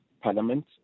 Parliament